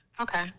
Okay